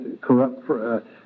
corrupt